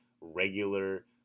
regular